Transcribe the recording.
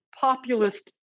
populist